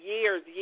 years